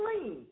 clean